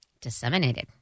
Disseminated